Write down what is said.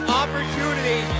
opportunity